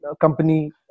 company